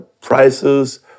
prices